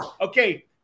Okay